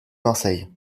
marseille